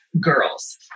girls